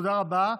תודה רבה.